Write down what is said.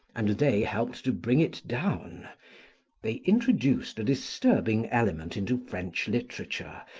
and they helped to bring it down they introduced a disturbing element into french literature,